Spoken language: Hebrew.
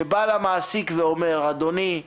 שבא למעסיק ואומר: אדוני,